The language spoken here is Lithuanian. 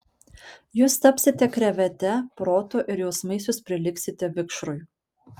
jūs tapsite krevete protu ir jausmais jūs prilygsite vikšrui